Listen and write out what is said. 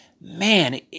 man